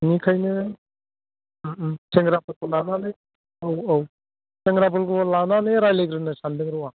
बेनिखाायनो सेंग्राफोरखौ लानानै औ औ सेंग्राफोरखौ लानानै रायलायग्रोनो सानदों र' आं